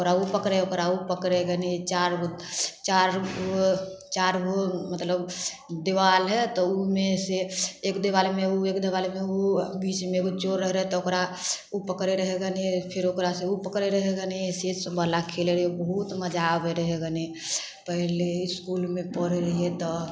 ओकरा ओ पकड़ै ओकरा ओ पकड़ै गने चारिगो चारि चारिगो मतलब देबाल हइ तऽ उमे से एक देबालमे उ एक देबालमे ओ बीचमे एगो चोर रहै रहै तऽ ओकरा ओ पकड़ै रहै गने फेर ओकरा से ओ पकड़ै रहै गने से बला खेले रहिए बहुत मजा आबै रहै गने पहिले इसकुलमे पढ़े रहिए तऽ